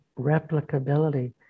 replicability